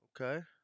Okay